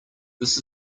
this